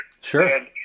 Sure